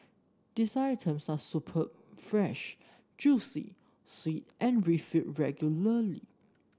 these items are superb fresh juicy sweet and refilled regularly